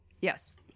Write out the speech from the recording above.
Yes